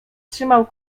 trzymał